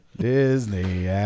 Disney